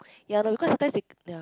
ya no because sometimes ya